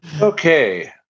Okay